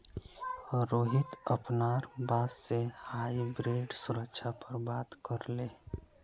रोहित अपनार बॉस से हाइब्रिड सुरक्षा पर बात करले